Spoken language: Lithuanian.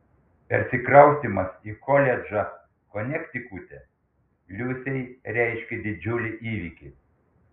persikraustymas į koledžą konektikute liusei reiškė didžiulį įvykį